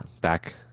back